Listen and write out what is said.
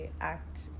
act